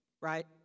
right